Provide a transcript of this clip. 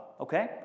okay